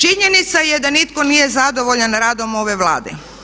Činjenica je da nitko nije zadovoljan radom ove Vlade.